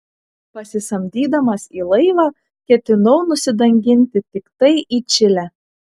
pasisamdydamas į laivą ketinau nusidanginti tiktai į čilę